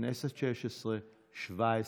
הכנסת השש-עשרה, הכנסת השבע-עשרה,